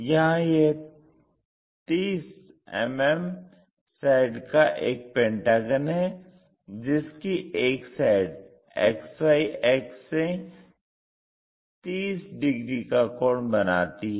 यहां यह 30 mm side का एक पेंटागन है जिसकी एक साइड XY अक्ष से 30 डिग्री का कोण बनाती है